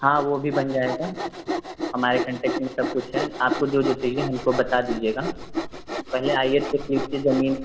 हाँ वो भी बन जाएगा हमारे कंटेक्ट में सब कुछ है आपको जो जो चाहिए हमको बता दीजिएगा पहले आईए देख लीजिये जमीन